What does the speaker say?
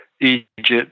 Egypt